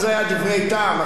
ברגע שנכנסת,